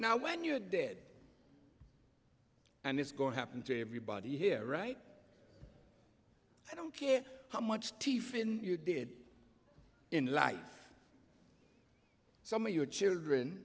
now when you're dead and it's going to happen to everybody here right i don't care how much t fin you did in life some of your children